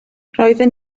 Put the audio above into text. roedden